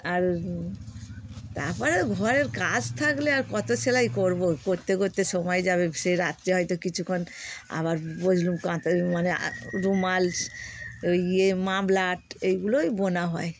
আর তারপরে ঘরের কাজ থাকলে আর কতো সেলাই করবো করতে করতে সময় যাবে সে রাত্রে হয়তো কিছুক্ষণ আবার বসলুম কাঁথা মানে রুমাল ইয়ে মাফলার এইগুলোই বোনা হয়